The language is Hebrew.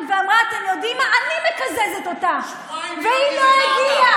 תגיד תודה שהרשימה המשותפת קיזזה אותה ביום רביעי.